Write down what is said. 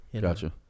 gotcha